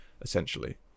essentially